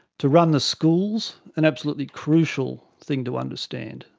to run the schools, an absolutely crucial thing to understand.